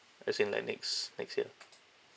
as in like next next year